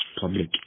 Public